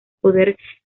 poder